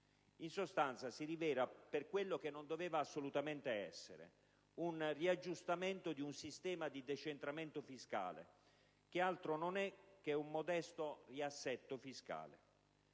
In sostanza, si rivela per quello che non doveva assolutamente essere: un riaggiustamento di un sistema di decentramento fiscale, che altro non è che un modesto riassetto fiscale.